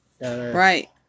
Right